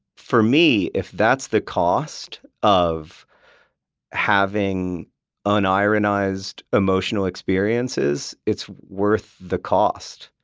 for me, if that's the cost of having and unironized emotional experiences, it's worth the cost.